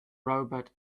robot